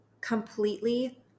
completely